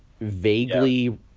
vaguely